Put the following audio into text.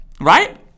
right